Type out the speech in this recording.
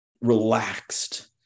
relaxed